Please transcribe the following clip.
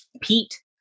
Pete